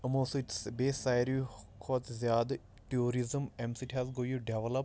یِمو سۭتۍ بیٚیہِ ساروٕے کھۄتہٕ زیادٕ ٹیوٗرِزٕم اَمہِ سۭتۍ حظ گوٚو یہِ ڈیٚولَپ